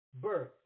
birth